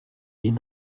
inn